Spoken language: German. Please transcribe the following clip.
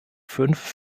fünf